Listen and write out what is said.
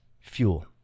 fuel